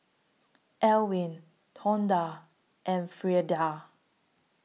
Elwin Tonda and Freida